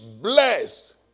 blessed